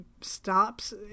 stops